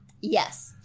Yes